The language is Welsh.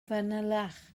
fanylach